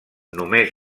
només